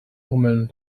hummeln